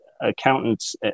accountants